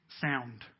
sound